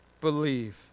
believe